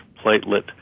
platelet